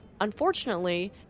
Unfortunately